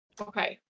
Okay